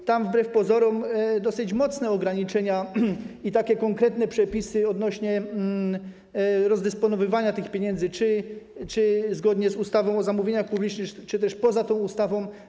Są tam wbrew pozorom dosyć mocne ograniczenia i konkretne przepisy odnośnie do rozdysponowywania tych pieniędzy - czy zgodnie z ustawą o zamówieniach publicznych, czy też poza tą ustawą.